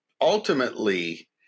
Ultimately